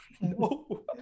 No